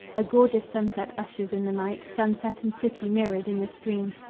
a gorgeous sunset ushers in the night, sunset and city mirrored in the stream.